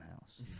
house